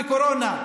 בקורונה.